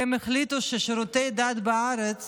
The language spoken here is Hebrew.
והם החליטו ששירותי דת בארץ